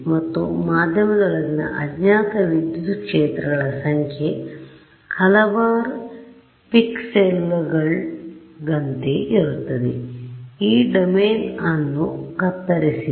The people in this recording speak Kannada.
ಮತ್ತು ಮಾಧ್ಯಮ ದೊಳಗಿನ ಅಜ್ಞಾತ ವಿದ್ಯುತ್ ಕ್ಷೇತ್ರಗಳ ಸಂಖ್ಯೆ ಹಲವಾರು ಪಿಕ್ಸೆಲ್ಗಳಂತೆಯೇ ಇರುತ್ತದೆ ಈ ಡೊಮೇನ್ ಅನ್ನು ಕತ್ತರಿಸಿದೆ